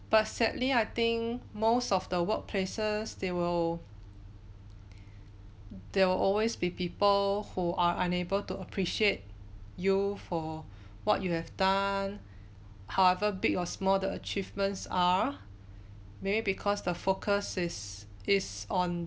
but sadly I think most of the work places they will there will always be people who are unable to appreciate you for what you have done however big or small the achievements are maybe because the focus is is on